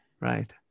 Right